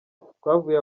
twavuye